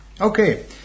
okay